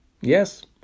Yes